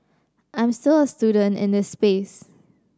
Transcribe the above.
I'm still a student in this space